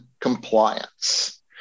compliance